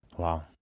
Wow